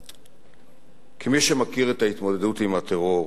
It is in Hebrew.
כמי שמכיר את ההתמודדות עם הטרור,